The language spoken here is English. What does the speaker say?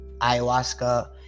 ayahuasca